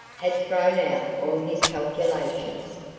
had thrown out all his calculations,